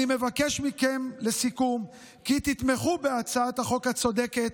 אני מבקש מכם כי תתמכו בהצעת החוק הצודקת,